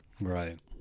right